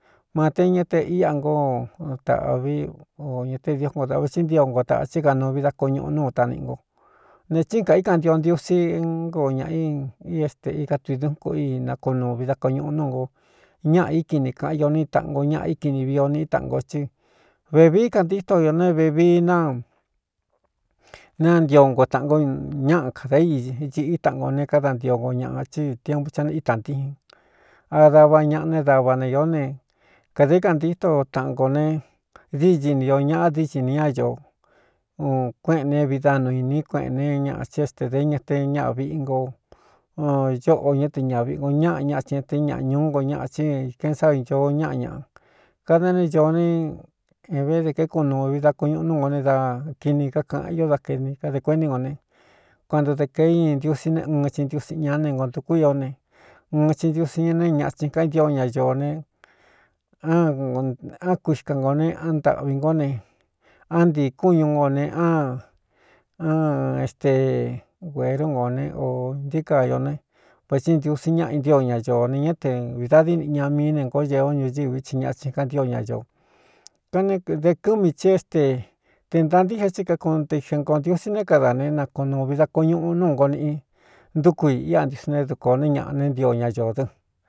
Maté ña te íꞌa ngo tāꞌvi o ña te diokon dāꞌva tsi ntio nko tāꞌchí kanuu vi da koñuꞌu núu taꞌniꞌi nko ne tsín kā í kaꞌan ntio ntiusi énkoo ñāꞌa i é stē ika tui dún ko i na kunuu vi da ko ñuꞌu núu nko ñaꞌa íkini kāꞌan io ní taꞌan ngo ñaꞌa íkini vii o niꞌí taꞌan g o xtɨ́ vēvií kantíto iō ne vevií na né ntio nko taꞌan nko ñáꞌa kadá i ñīꞌí taꞌan go ne káda ntio nko ñaꞌa thí tiempu tha neítāntíxin a dava ñaꞌa ne dava ne īó ne kāde kantíto taꞌan kō ne didi nti ō ñaꞌa dií cin ni ñaño u kuéꞌēn neé vi da nuu iní kueꞌēn ne ñaꞌa tsí éstē dé ña te ñaꞌa viꞌi nko ñóꞌo ñá te ñaꞌa viꞌnko ñáꞌa ñaꞌa tsin ña te ñaꞌa ñūú nko ñaꞌa thín īkeꞌen sáꞌvi nto ñáꞌa ñaꞌa kada né ñoo ne ve de kékunūu vi da kuñuꞌu nú ngo ne da kini kakaꞌan io da kn kade kuení ngō ne kuanto de kē in ntiusi ne uɨn csi ntiusin ñaá ne ngo ntukú ió ne uɨn tsi ntiusi ña neé ña tsin kantío ña ñoō ne án kuixka ngō ne án ntaꞌvi ngó ne á ntīi kún ñu no ne án án éste guērú ngo ne o ntíí ka ño ne vētsi ntiusin ñáꞌa intío ña ñoō ne ñá te vidadí niꞌi ña miī ne ngo ñee ó ñuñɨ́ví tsi ña tsin —kan ntío ña ño kn de kɨ́ mi tsí éste te ntantíje tí kakun nti xen nko ntiusi né kada ne na kunūuvi da kuñuꞌu núu ngo niꞌi ntúku i iꞌa ntiusi né dukōō né ñaꞌa ne ntio ña ñō dɨn.